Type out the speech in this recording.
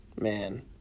Man